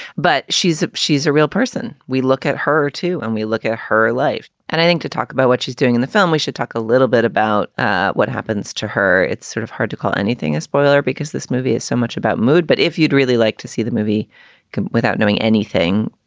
but she's a she's a real person. we look at her, too, and we look at her life. and i think to talk about what she's doing in the film, we should talk a little bit about what happens to her. it's sort of hard to call anything a spoiler because this movie is so much about mood. but if you'd really like to see the movie without knowing anything,